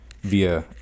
via